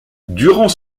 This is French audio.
durant